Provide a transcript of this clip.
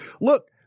look